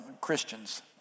Christians